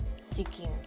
seeking